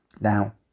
now